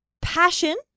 passion